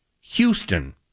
Houston